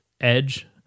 edge